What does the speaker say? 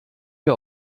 wir